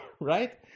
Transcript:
right